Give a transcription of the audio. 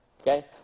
okay